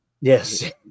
Yes